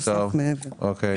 אוקיי.